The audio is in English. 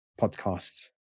podcasts